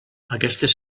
aquestes